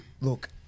look